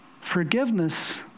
Forgiveness